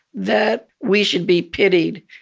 that we should be pitied.